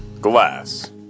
glass